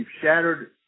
shattered